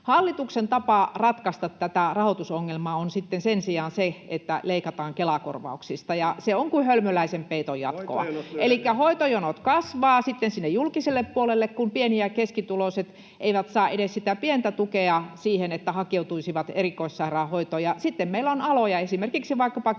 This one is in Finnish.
hallituksen tapa ratkaista tätä rahoitusongelmaa on sitten se, että leikataan Kela-korvauksista, ja se on kuin hölmöläisen peiton jatkoa. [Ben Zyskowicz: Hoitojonot lyhenevät!] Elikkä hoitojonot kasvavat sitten julkisella puolella, kun pieni- ja keskituloiset eivät saa edes pientä tukea siihen, että hakeutuisivat erikoissairaanhoitoon. Ja sitten meillä on aloja — esimerkiksi vaikkapa